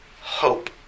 hope